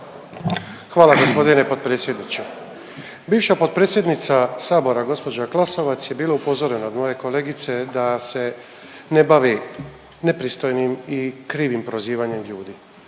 Hvala g. potpredsjedniče. Bivša potpredsjednica Sabora, gđa Glasovac je bila upozorena od moje kolegice da se ne bavi nepristojnim i krivim prozivanjem ljudi.